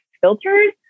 filters